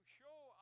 show